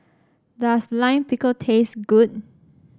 does Lime Pickle taste good